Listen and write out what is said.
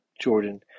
Jordan